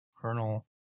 colonel